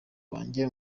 wanjye